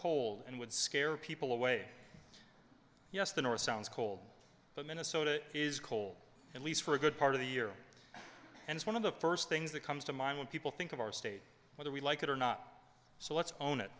cold and would scare people away yes the north sounds cold but minnesota is cold at least for a good part of the year and one of the first things that comes to mind when people think of our state whether we like it or not so let's own it